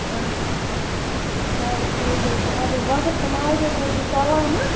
چلو ٹھیٖک حظ چھِ آد حظ بَبَس تہٕ ماجہٕ حظ ؤنۍزِ سَلام ہہ